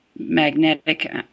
magnetic